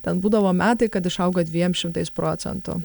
ten būdavo metai kad išauga dviem šimtais procentų